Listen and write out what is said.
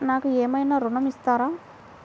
నాకు ఏమైనా ఋణం ఇస్తారా?